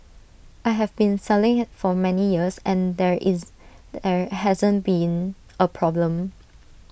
I have been selling IT for many years and there is there hasn't been A problem